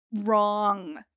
Wrong